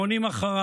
והם עונים אחריו,